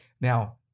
Now